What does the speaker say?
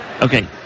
Okay